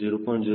04 0